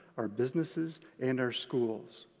our businesses and our schools.